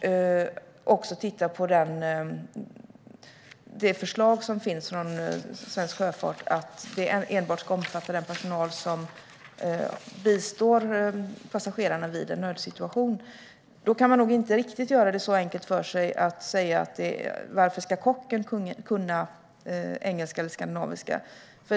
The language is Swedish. Man ska också titta på det förslag som finns från Svensk Sjöfart: att språkkravet enbart ska omfatta den personal som bistår passagerarna vid en nödsituation. Då kan man nog inte riktigt göra det så enkelt för sig som att ifrågasätta varför kocken ska kunna engelska eller skandinaviska.